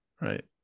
Right